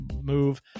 move